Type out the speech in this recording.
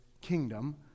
kingdom